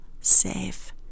safe